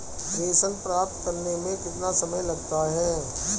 प्रेषण प्राप्त करने में कितना समय लगता है?